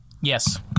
Yes